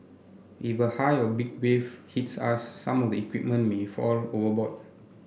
if a high or big wave hits us some of the equipment may fall overboard